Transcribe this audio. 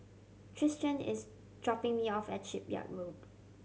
Tristian is dropping me off at Shipyard Road